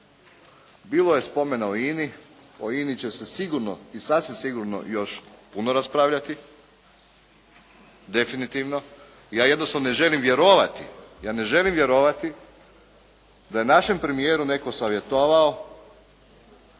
Bilo je spomena o INA-i. O INA-i će se sasvim sigurno još puno raspravljati definitivno. Ja jednostavno ne želim vjerovati da je našem premijeru netko savjetovao